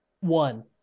One